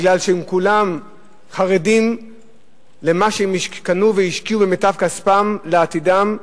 כי כולם חרדים למה שהם קנו והשקיעו ממיטב כספם לעתידם.